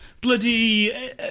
Bloody